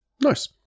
nice